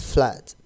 Flat